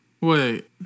Wait